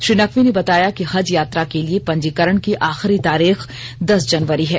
श्री नकवी ने बताया कि हज यात्रा के लिए पंजीकरण की आखिरी तारीख दस जनवरी है